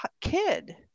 kid